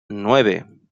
nueve